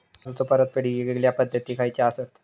कर्जाचो परतफेड येगयेगल्या पद्धती खयच्या असात?